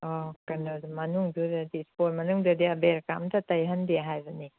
ꯑꯣ ꯀꯩꯅꯣꯗꯣ ꯃꯅꯨꯡꯗꯨꯗꯗꯤ ꯁ꯭ꯄꯣꯔꯠ ꯃꯅꯨꯡꯗꯗꯤ ꯑꯕꯦꯔꯀ ꯑꯝꯇ ꯇꯩꯍꯟꯗꯦ ꯍꯥꯏꯕꯅꯤ